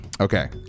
Okay